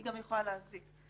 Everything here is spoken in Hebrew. היא גם יכולה להזיק.